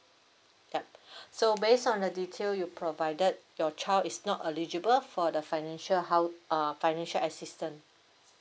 yup so based on the detail you provided your child is not eligible for the financial how err financial assistance